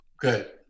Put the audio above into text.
Good